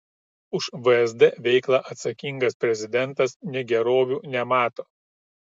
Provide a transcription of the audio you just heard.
už vsd veiklą atsakingas prezidentas negerovių nemato